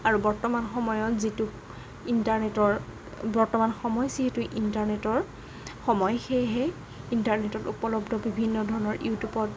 আৰু বৰ্তমান সময়ত যিটো ইণ্টাৰনেটৰ বৰ্তমান সময় যিহেতু ইণ্টাৰনেটৰ সময় সেয়েহে ইণ্টাৰনেটৰ উপলব্ধ বিভিন্ন ধৰণৰ ইউটিউবৰ